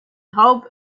hope